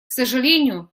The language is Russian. сожалению